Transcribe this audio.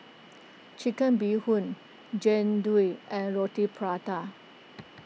Chicken Bee Hoon Jian Dui and Roti Prata